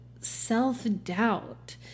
self-doubt